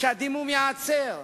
שהדימום ייעצר,